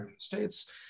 states